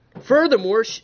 Furthermore